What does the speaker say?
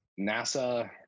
NASA